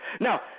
Now